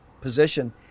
position